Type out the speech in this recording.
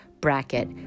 bracket